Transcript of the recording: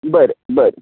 बर बर